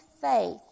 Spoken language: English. faith